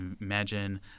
imagine